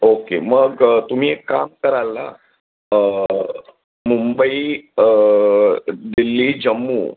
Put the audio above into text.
okay मग तुम्ही एक काम कराल मुंबई दिल्ली जम्मू